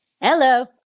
Hello